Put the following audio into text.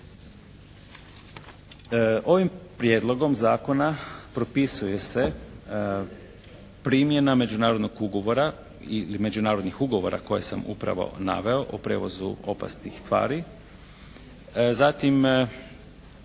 Ovim Prijedlogom zakona propisuje se primjena međunarodnog ugovora i međunarodnih ugovora koje sam upravo naveo o prijevozu opasnih tvari.